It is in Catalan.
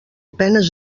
penes